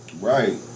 right